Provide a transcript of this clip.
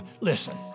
Listen